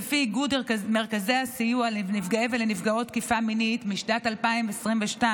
לפי איגוד מרכזי הסיוע לנפגעי ונפגעות תקיפה מינית משנת 2022,